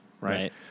right